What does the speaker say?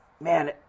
man